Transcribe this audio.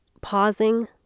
Pausing